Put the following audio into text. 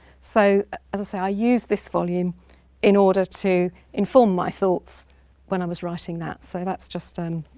so as i say, i used this volume in order to inform my thoughts when i was writing that, so that's just a. um